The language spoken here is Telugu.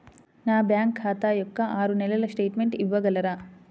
నా బ్యాంకు ఖాతా యొక్క ఆరు నెలల స్టేట్మెంట్ ఇవ్వగలరా?